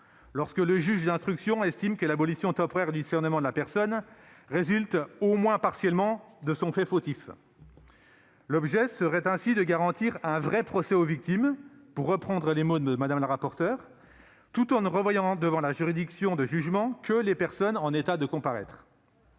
lorsque le juge d'instruction estime que l'abolition temporaire du discernement de la personne résulte au moins partiellement de son fait fautif. L'objet serait ainsi de garantir un « vrai procès aux victimes », pour reprendre les mots de Mme la rapporteure, tout en ne renvoyant devant la juridiction de jugement que les personnes en état de comparaître.